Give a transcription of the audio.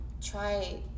try